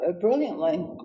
brilliantly